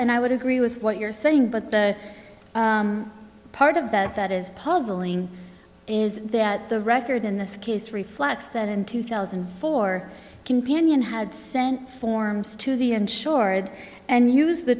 and i would agree with what you're saying but the part of that that is puzzling is that the record in this case reflects that in two thousand and four companion had sent forms to the insured and use the